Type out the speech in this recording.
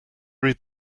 read